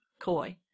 Coy